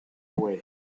away